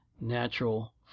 natural